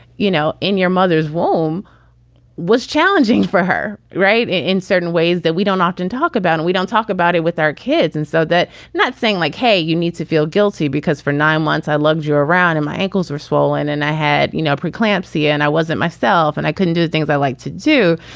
you know, in your mother's womb was challenging for her. right. in certain ways that we don't often talk about, we don't talk about it with our kids. and so that not saying like, hey, you need to feel guilty, because for nine months i loved you around. my ankles are swollen. and i had, you know, pre-eclampsia and i wasn't myself and i couldn't do the things i like to do.